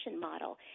model